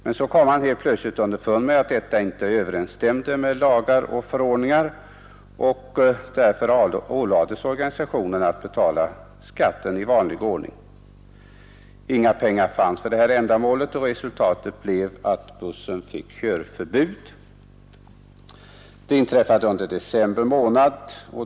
Men så kom man helt plötsligt underfund med att detta inte överensstämde med lagar och förordningar, och därför ålades organisationen att betala skatt i vanlig ordning. Inga pengar fanns för ändamålet, och resultatet blev att bussen belades med körförbud. Det inträffade i december månad.